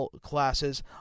classes